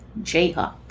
jayhawk